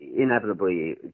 inevitably